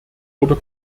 oder